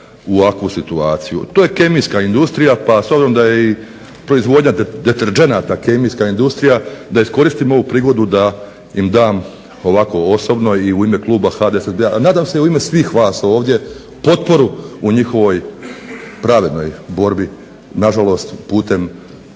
u ovakvu situaciju. To je kemijska industrija pa s obzirom da je i proizvodnja deterdženata kemijska industrija da iskoristim ovu prigodu da im dam ovako osobno i u ime kluba HDSSB-a, a nadam se i u ime svih vas ovdje potporu u njihovoj pravednoj borbi, nažalost putem